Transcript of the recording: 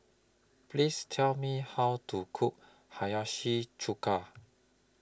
Please Tell Me How to Cook Hiyashi Chuka